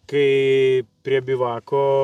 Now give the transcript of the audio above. kai prie bivako